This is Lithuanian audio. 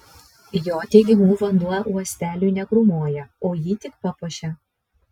jo teigimu vanduo uosteliui negrūmoja o jį tik papuošia